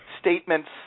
Statements